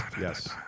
Yes